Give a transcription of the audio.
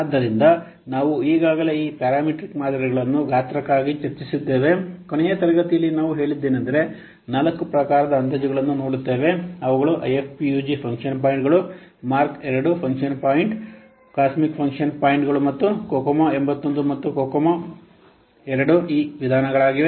ಆದ್ದರಿಂದ ನಾವು ಈಗಾಗಲೇ ಈ ಪ್ಯಾರಾಮೀಟ್ರಿಕ್ ಮಾದರಿಗಳನ್ನು ಗಾತ್ರಕ್ಕಾಗಿ ಚರ್ಚಿಸಿದ್ದೇವೆ ಕೊನೆಯ ತರಗತಿಯಲ್ಲಿ ನಾವು ಹೇಳಿದ್ದೇನೆಂದರೆ 4 ಪ್ರಕಾರದ ಅಂದಾಜುಗಳನ್ನು ನೋಡುತ್ತೇವೆ ಅವುಗಳು IFPUG ಫಂಕ್ಷನ್ ಪಾಯಿಂಟ್ಗಳು ಮಾರ್ಕ್ II ಫಂಕ್ಷನ್ ಪಾಯಿಂಟ್ಗಳು ಕಾಸ್ಮಿಕ್ ಫಂಕ್ಷನ್ ಪಾಯಿಂಟ್ಗಳು ಮತ್ತು ಕೊಕೊಮೊ 81 ಮತ್ತು ಕೊಕೊಮೊ II ಈ ವಿಧಾನಗಳಾಗಿವೆ